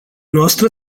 noastră